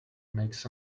makes